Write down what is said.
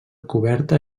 coberta